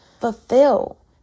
fulfill